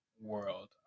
world